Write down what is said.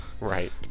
Right